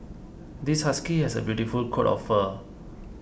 this husky has a beautiful coat of fur